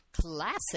Classic